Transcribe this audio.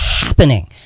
happening